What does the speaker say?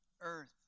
earth